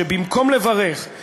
שבמקום לברך,